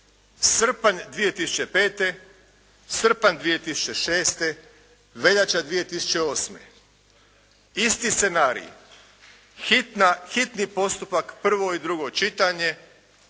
Srpanj 2005., srpanj 2006., veljača 2008. isti scenarij, hitni postupak, prvo i drugo čitanje,